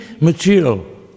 material